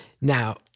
Now